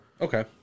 Okay